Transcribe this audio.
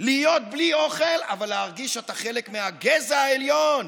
להיות בלי אוכל אבל להרגיש שאתה חלק מהגזע העליון,